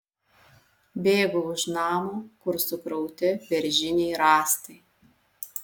bėgu už namo kur sukrauti beržiniai rąstai